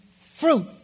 fruit